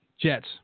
Jets